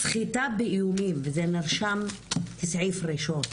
סחיטה באיומים, זה נרשם כסעיף ראשון,